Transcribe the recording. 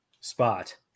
spot